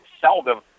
seldom